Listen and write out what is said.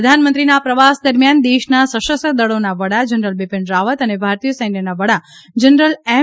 પ્રધાન મંત્રી ના આ પ્રવાસ દરમિયાન દેશના સશસ્ત્ર દળીના વડા જનરલ બિપિન રાવત અને ભારતીય સૈન્યના વડા જનરલ એમ